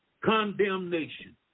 condemnation